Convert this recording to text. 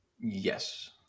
yes